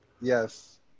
Yes